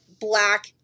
black